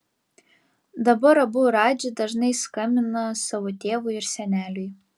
dabar abu radži dažnai skambina savo tėvui ir seneliui